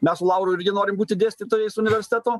mes su lauru irgi norim būti dėstytojais universiteto